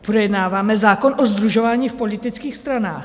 Projednáváme zákon o sdružování v politických stranách.